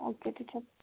okay teacher